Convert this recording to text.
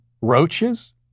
roaches